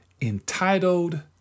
entitled